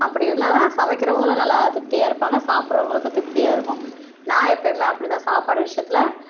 அப்படி இருந்தாதான் சமைக்கிறவங்களும் நல்லா திருப்தியாக இருப்பாங்க சாப்பிட்றவங்களுக்கும் திருப்தியாக இருக்கும் நான் எப்பவுமே அப்படிதான் சாப்பாடு விஷயத்தில்